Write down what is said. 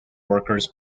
workers